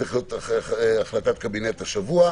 צריכה להיות החלטת קבינט השבוע,